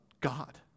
God